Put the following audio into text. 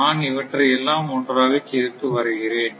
நான் இவற்றை எல்லாம் ஒன்றாகச் சேர்த்து வரைகிறேன்